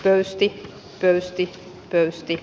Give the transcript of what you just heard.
pöysti pöysti pöysti